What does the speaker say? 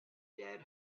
dead